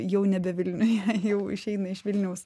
jau nebe vilniuje jau išeina iš vilniaus